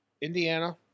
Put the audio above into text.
Indiana